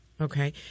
okay